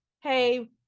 Hey